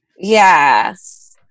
Yes